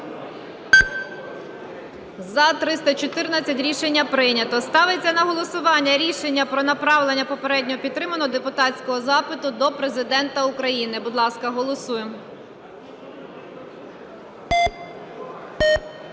За-294 Рішення прийнято. Ставиться на голосування рішення про направлення попередньо підтриманого депутатського запиту до Президента України. Будь ласка, голосуємо.